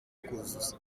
kuzuza